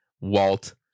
Walt